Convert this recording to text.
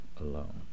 alone